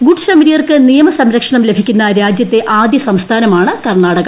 good ശമരിയർക്ക് നിയമ സംരക്ഷണം പ്ലഭിക്കുന്ന രാജ്യത്തെ ആദ്യ സംസ്ഥാനമാണ് കർണാടക